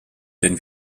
denn